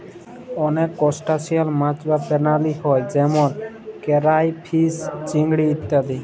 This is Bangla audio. অলেক করসটাশিয়াল মাছ বা পেরালি হ্যয় যেমল কেরাইফিস, চিংড়ি ইত্যাদি